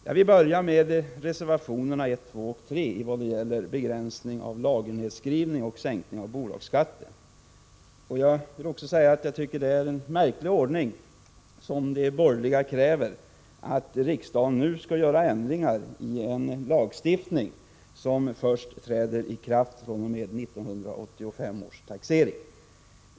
Jag vill börja med reservationerna 1, 2 och 3, som gäller begränsning av lagernedskrivning och sänkning av bolagsskatten. Jag tycker det är en märklig ordning som de borgerliga kräver, nämligen att riksdagen nu skall göra ändringar i en lagstiftning som träder i kraft först fr.o.m. 1985 års taxering.